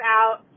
out